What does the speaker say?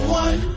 one